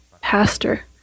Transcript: pastor